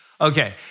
Okay